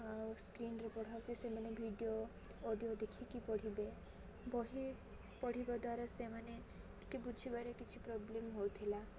ଆଉ ସ୍କ୍ରିନରେ ପଢ଼ାଉଛି ସେମାନେ ଭିଡ଼ିଓ ଅଡ଼ିଓ ଦେଖିକି ପଢ଼ିବେ ବହି ପଢ଼ିବା ଦ୍ୱାରା ସେମାନେ ଟିକେ ବୁଝିବାରେ କିଛି ପ୍ରୋବ୍ଲେମ୍ ହଉଥିଲା